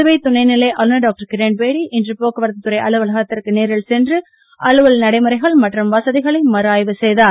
புதுவை துணைநிலை ஆளுநர் டாக்டர் கிரண்பேடி இன்று போக்குவரத்து துறை அலுவலகத்திற்கு நேரில் சென்று அலுவல் நடைமுறைகள் மற்றும் வசதிகளை மறுஆய்வு செய்தார்